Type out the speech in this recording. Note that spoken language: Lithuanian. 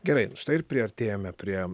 gerai štai ir priartėjome prie